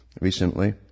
recently